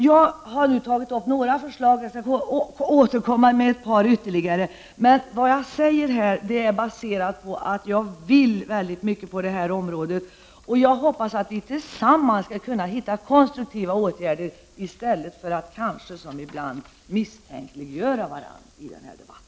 Jag har nu tagit upp några förslag, men jag skall återkomma med ytterligare ett par. Det jag säger är baserat på att jag vill mycket på det här området. Jag hoppas att vi tillsammans skall kunna komma fram till konstruktiva åtgärder, i stället för att misstänkliggöra varandra i den här debatten, som kanske ibland sker.